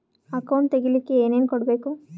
Account ತೆಗಿಲಿಕ್ಕೆ ಏನೇನು ಕೊಡಬೇಕು?